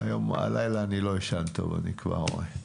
הלילה אני לא אישן טוב, אני כבר רואה,